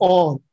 on